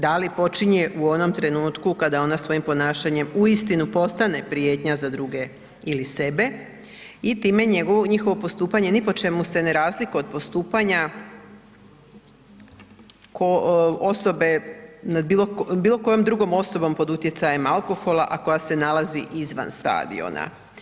Da li počinje u onom trenutku kada ona svojim ponašanjem uistinu postane prijetnja za druge ili sebe i time njihovo postupanje ni po čemu se ne razlikuje od postupanja kao osobe, nad bilo kojom drugom osobom pod utjecajem alkohola, a koja se nalazi izvan stadiona.